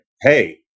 hey